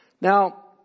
Now